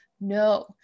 No